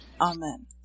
Amen